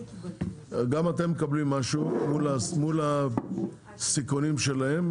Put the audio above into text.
גם אתם מקבלים משהו מול הסיכונים שלהם,